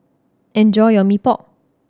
enjoy your Mee Pok